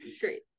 great